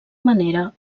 manera